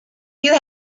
you